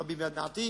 רבים ביד מעטים,